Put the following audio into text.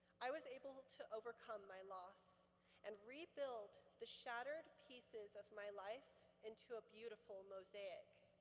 i was able to overcome my loss and rebuild the shattered pieces of my life into a beautiful mosaic.